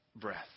breath